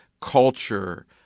culture